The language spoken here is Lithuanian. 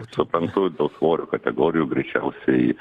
suprantu dėl svorio kategorijų greičiausiai